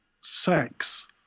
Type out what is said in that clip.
sex